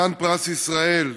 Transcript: חתן פרס ישראל.